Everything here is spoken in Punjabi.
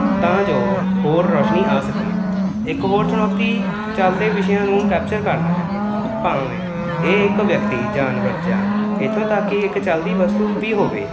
ਤਾਂ ਜੋ ਹੋਰ ਰੋਸ਼ਨੀ ਆ ਸਕੇ ਇੱਕ ਹੋਰ ਚੁਣੌਤੀ ਚਲਦੇ ਵਿਸ਼ਿਆਂ ਨੂੰ ਕੈਪਚਰ ਕਰਨਾ ਹੈ ਭਾਵੇਂ ਇਹ ਇੱਕ ਵਿਅਕਤੀ ਜਾਨਵਰ ਜਾਂ ਇੱਥੋਂ ਤੱਕ ਕਿ ਇੱਕ ਚਲਦੀ ਵਸਤੂ ਵੀ ਹੋਵੇ